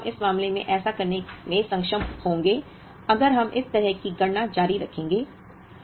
वास्तव में हम इस मामले में ऐसा करने में सक्षम होंगे अगर हम इस तरह की गणना जारी रखेंगे